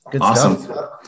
Awesome